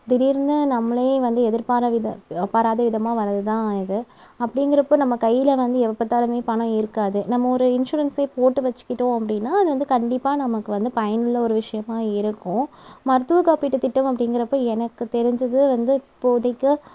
திடீர்னு நம்மளே வந்து எதிர்பாராவித பாராதவிதமாக வர்றதுதான் இது அப்படிங்கிறப்போது நம்ம கையில் வந்து எப்பப்பார்த்தாலுமே பணம் இருக்காது நம்ம ஒரு இன்ஸ்யூரன்ஸே போட்டு வச்சிக்கிட்டோம் அப்படினா அது வந்து கண்டிப்பாக நமக்கு வந்து பயனுள்ள ஒரு விஷயமாக இருக்கும் மருத்துவ காப்பீட்டுத்திட்டம் அப்படிங்கிறப்ப எனக்குத் தெரிஞ்சது வந்து இப்போதைக்கு